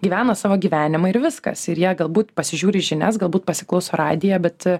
gyvena savo gyvenimą ir viskas ir jie galbūt pasižiūri žinias galbūt pasiklauso radiją bet